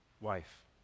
wife